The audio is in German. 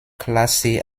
klasse